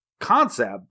concept